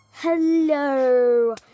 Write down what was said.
Hello